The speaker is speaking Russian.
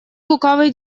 лукавой